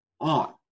on